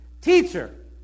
Teacher